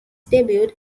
debut